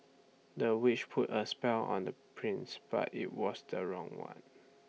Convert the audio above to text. the witch put A spell on the prince but IT was the wrong one